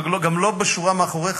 וגם לא בשורה מאחוריך,